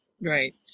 Right